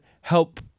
help